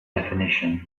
definition